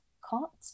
cot